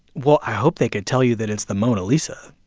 well, i hope they could tell you that it's the mona lisa